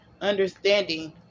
understanding